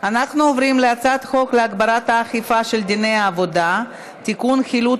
כי הצעת חוק משק הגז הטבעי (תיקון,